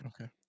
Okay